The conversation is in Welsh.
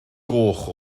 goch